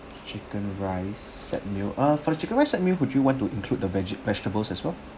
chicken rice set meal uh for the chicken rice set meal would you want to include the veggie vegetables as well